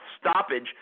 stoppage